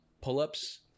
pull-ups